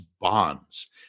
bonds